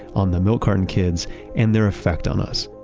on the milk carton kids and their effect on us.